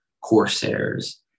Corsairs